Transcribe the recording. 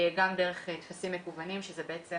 גם דרך טפסים מקוונים שזה בעצם